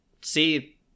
See –